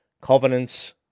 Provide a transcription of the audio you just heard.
covenants